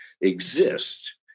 exist